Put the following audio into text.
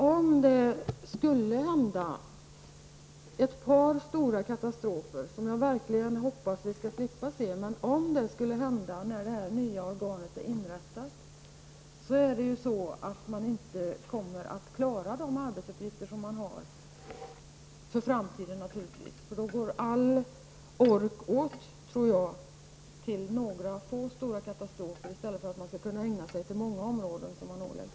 Om det skulle hända ett par stora katastrofer, vilket jag verkligen hoppas att vi skall slippa, när det nya organet är inrättat, kommer kommissionen inte att klara de arbetsuppgifter som den har för framtiden. Jag tror nämligen att all ork då går åt till dessa få stora katastrofer i stället för att kommissionen kan ägna sig åt att göra insatser på många områden.